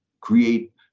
create